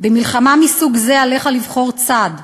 "במלחמה מסוג זה עליך לבחור צד.